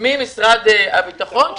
ממשרד הביטחון.